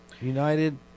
United